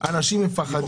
אנשים מפחדים להתעסק.